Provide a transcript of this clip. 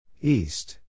East